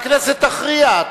והכנסת תכריע.